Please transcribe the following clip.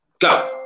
Go